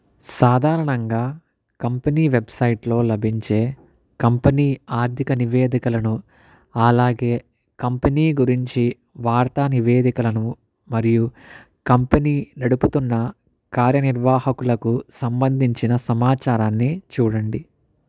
సాధారణంగా కంపెనీ వెబ్సైట్లో లభించే కంపెనీ ఆర్థిక నివేదికలను అలాగే కంపెనీ గురించి వార్తా నివేదికలను మరియు కంపెనీ నడుపుతున్న కార్యనిర్వాహకులకు సంబంధించిన సమాచారాన్ని చూడండి